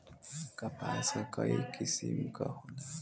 कपास क कई किसिम क होला